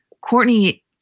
Courtney